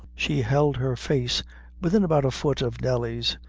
she held her face within about a foot of nelly's,